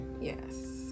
yes